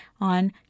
on